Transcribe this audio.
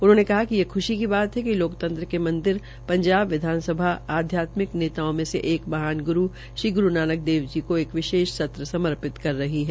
उन्होंने कहा कि यह ख्शी की बात है कि लक्रतंत्र के मंदिर पंजाब विधानसभा लाक्रतंत्र आध्यत्मिक नेताओं में से एक महान ग्रू श्री गुरू नानक देव जी क एक विशेष सत्र समर्पित कर रही है